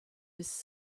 his